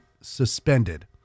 suspended